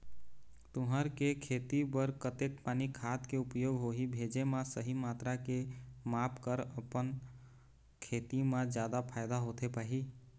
तुंहर के खेती बर कतेक पानी खाद के उपयोग होही भेजे मा सही मात्रा के माप कर अपन खेती मा जादा फायदा होथे पाही?